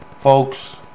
folks